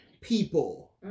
people